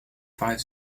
five